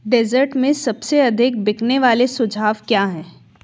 dessert में सबसे अधिक बिकने वाले सुझाव क्या हैं